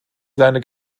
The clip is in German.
seine